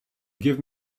give